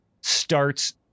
starts